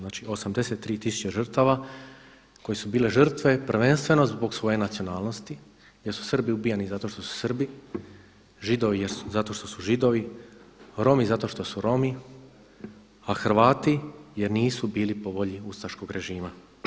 Znači 83 tisuće žrtava, koje su bile žrtve prvenstveno zbog svoje nacionalnosti jer su Srbi ubijani zato što su Srbi, Židovi zato što su Židovi, Romi zato što su Romi, a Hrvati jer nisu bili po volji ustaškog režima.